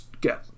get